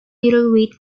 middleweight